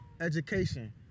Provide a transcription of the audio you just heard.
education